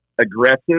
aggressive